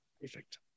Perfect